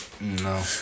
No